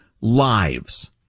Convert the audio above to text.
lives